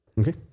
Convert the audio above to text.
Okay